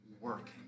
working